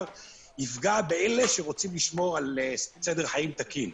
יפגע באלה שרוצים לשמור על סדר חיים תקין.